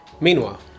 Meanwhile